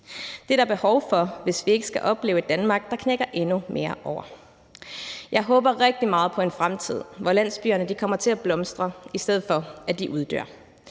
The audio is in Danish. Det er der behov for, hvis vi ikke skal opleve et Danmark, der knækker endnu mere over. Jeg håber rigtig meget på en fremtid, hvor landsbyerne kommer til at blomstre, i stedet for at de uddør,